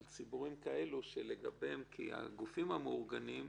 על ציבורים אחרים, כי הגופים המאורגנים,